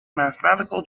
mathematical